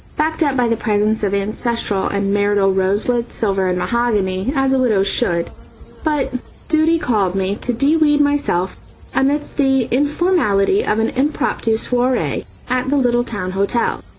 backed up by the presence of ancestral and marital rosewood, silver and mahogany, as a widow should but duty called me to de-weed myself amidst the informality of an impromptu soiree at the little town hotel.